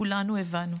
וכולנו הבנו.